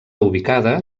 ubicada